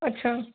ਅੱਛਾ